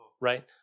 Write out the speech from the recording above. right